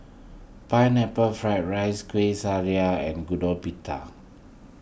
Pineapple Fried Rice Kuih Syara and Gudeg Putih